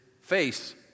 face